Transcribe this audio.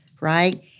right